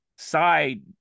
Side